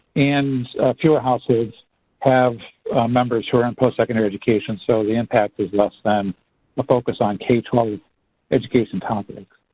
and fewer households have members who are in post-secondary education. so the impact is less than the focus on k twelve education